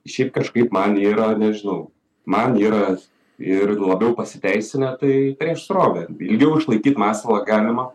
šiaip kažkaip man yra nežinau man yra ir labiau pasiteisina tai prieš srovę ilgiau išlaikyt masalą galima